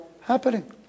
happening